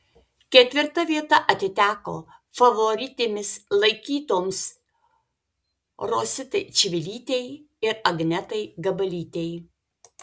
ketvirta vieta atiteko favoritėmis laikytoms rositai čivilytei ir agnetai gabalytei